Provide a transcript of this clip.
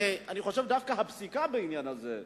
אני חושב שדווקא הפסיקה בעניין הזה,